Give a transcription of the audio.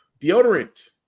deodorant